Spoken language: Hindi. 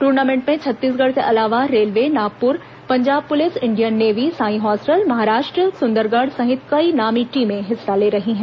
टूर्नामेंट में छत्तीसगढ़ के अलावा railway Nagpur Punjab police Indian navy SAI hostel Maharashtra Sundargarh सहित कई नामी टीमें हिस्सा ले रही हैं